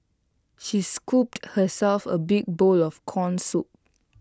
she scooped herself A big bowl of Corn Soup